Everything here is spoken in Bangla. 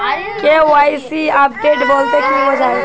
কে.ওয়াই.সি আপডেট বলতে কি বোঝায়?